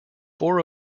four